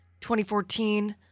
2014